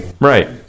Right